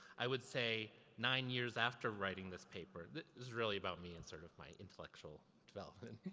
i would say, nine years after writing this paper, this is really about me, and sort of my intellectual development.